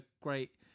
great